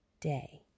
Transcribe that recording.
day